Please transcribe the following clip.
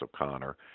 O'Connor